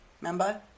Remember